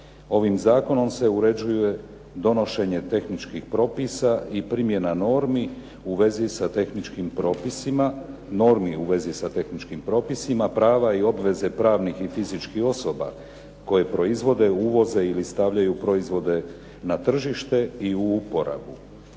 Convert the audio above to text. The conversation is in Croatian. Ovim zakonom se uređuje donošenje tehničkih propisa i primjena normi u vezi sa tehničkim propisima, normi u vezi sa tehničkim propisima, prava i obveze pravnih i fizičkih osoba, koje proizvode, uvoze ili stavljaju proizvode na tržište i u uporabu.